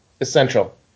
Essential